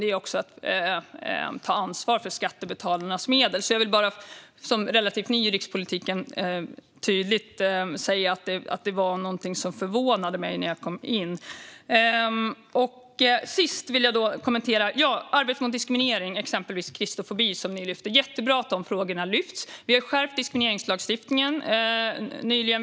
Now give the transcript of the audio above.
Det handlar också om att ta ansvar för skattebetalarnas medel. Det är bra att frågan om diskriminering, däribland kristofobi, lyfts upp. Vi har nyligen skärpt diskrimineringslagen.